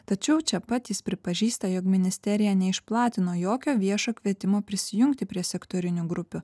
tačiau čia pat jis pripažįsta jog ministerija neišplatino jokio viešo kvietimo prisijungti prie sektorinių grupių